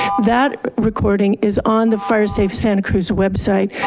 that recording is on the firesafe santa cruz website.